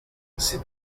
c’est